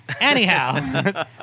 Anyhow